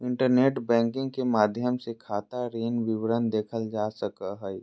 internet banking के माध्यम से खाता ऋण विवरण देखल जा सको हइ